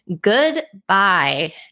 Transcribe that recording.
goodbye